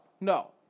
no